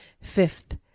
Fifth